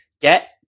get